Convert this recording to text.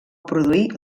produir